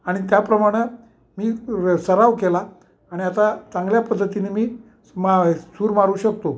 आणि त्याप्रमाणं मी र सराव केला आणि आता चांगल्या पद्धतीने मी मा सूर मारू शकतो